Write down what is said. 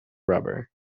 rubber